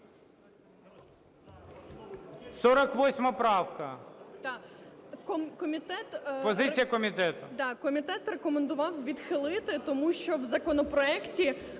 48 правка. Позиція комітету.